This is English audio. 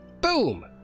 Boom